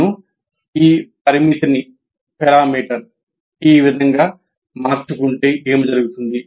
నేను ఈ పరామితిని ఈ విధంగా మార్చుకుంటే ఏమి జరుగుతుంది